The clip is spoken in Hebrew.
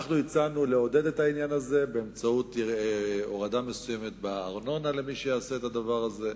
הצענו לעודד את זה באמצעות הורדה מסוימת בארנונה למי שיעשה את הדבר הזה.